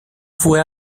fue